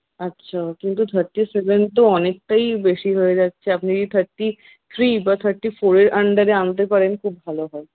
আচ্ছা কিন্তু thirty seven তো অনেকটাই বেশি হয়ে যাচ্ছে আপনি থার্টি থ্রি বা থার্টি ফোরের আন্ডারে আনতে পারেন খুব ভালো হয়